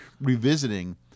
revisiting